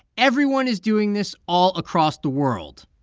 everyone is doing this all across the world.